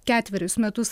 ketverius metus